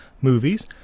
movies